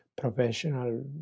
professional